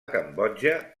cambodja